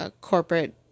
corporate